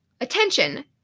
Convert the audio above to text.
Attention